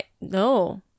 No